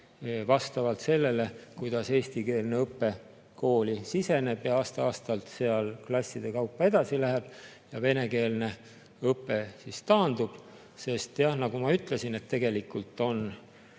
vastavalt sellele, kuidas eestikeelne õpe kooli siseneb ja aasta-aastalt seal klasside kaupa edasi läheb ja venekeelne õpe taandub. Sest jah, nagu ma ütlesin, tegelikult on